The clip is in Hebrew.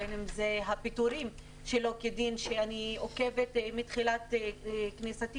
בין אם אלה הפיטורים שלא כדין ואני עוקבת מתחילת כניסתי